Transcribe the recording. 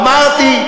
אמרתי,